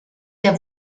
der